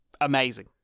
amazing